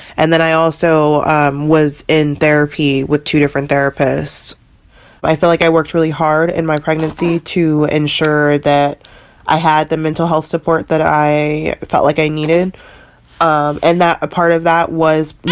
and then i also um was in therapy with two different therapists i feel like i worked really hard in my pregnancy to ensure that i had the mental health support that i i felt like i needed um and that a part of that was